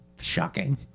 shocking